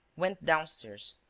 went downstairs,